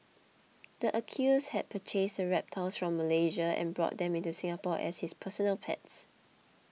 the accused had purchased the reptiles from Malaysia and brought them into Singapore as his personal pets